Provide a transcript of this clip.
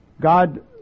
God